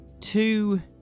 two